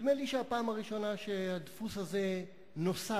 נדמה לי שהפעם הראשונה שהדפוס הזה נוסד